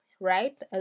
Right